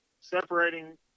separating